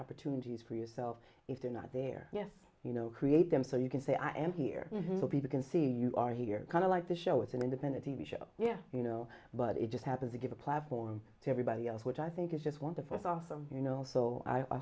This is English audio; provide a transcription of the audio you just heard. opportunities for yourself if they're not there yet you know create them so you can say i am here people can see you are here kind of like the show is an independent t v show you know but it just happens to give a platform to everybody else which i think is just wonderful it's awesome you know so i